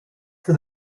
for